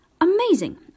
Amazing